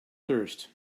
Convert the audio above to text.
thirst